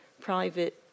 private